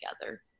together